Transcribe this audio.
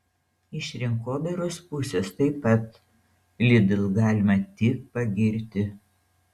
iš rinkodaros pusės taip pat lidl galima tik pagirti